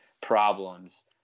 problems